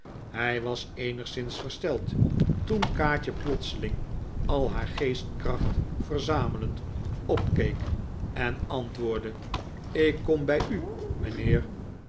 hij was eenigszins versteld toen kaatje plotseling al haar geestkracht verzamelend opkeek en antwoordde ik kom bij u mijnheer